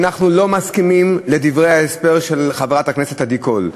אנחנו לא מסכימים לדברי ההסבר של חברת הכנסת עדי קול.